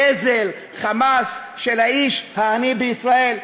גזל, חמס של האיש העני בישראל.